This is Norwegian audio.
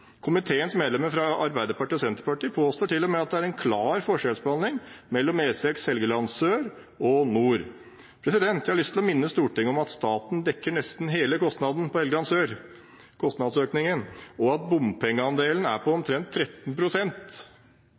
Komiteens medlemmer fra Arbeiderpartiet og Senterpartiet påstår til og med at det er en klar forskjellsbehandling mellom E6 Helgeland sør og Helgeland nord. Jeg har lyst til å minne Stortinget om at staten dekker nesten hele kostnadsøkningen på Helgeland sør, og at bompengeandelen er på omtrent